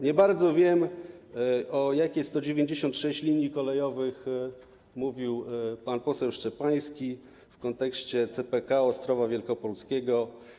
Nie bardzo wiem, o jakich 196 liniach kolejowych mówił pan poseł Szczepański w kontekście CPK i Ostrowa Wielkopolskiego.